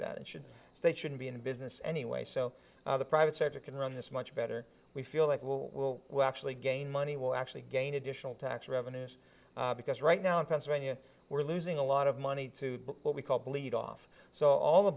that and should they shouldn't be in business anyway so the private sector can run this much better we feel like well we're actually gain money will actually gain additional tax revenues because right now in pennsylvania we're losing a lot of money to what we call bleed off so all the